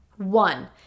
One